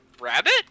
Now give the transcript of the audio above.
rabbit